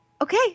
okay